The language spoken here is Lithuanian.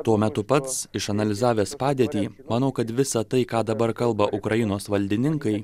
tuo metu pats išanalizavęs padėtį manau kad visą tai ką dabar kalba ukrainos valdininkai